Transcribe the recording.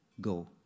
go